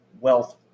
Wealth